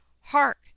hark